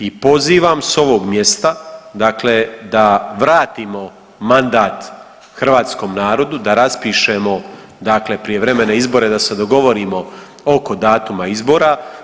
I pozivam s ovog mjesta dakle da vratimo mandat hrvatskom narodu, da raspišemo dakle prijevremene izbore, da se dogovorimo oko datuma izbora.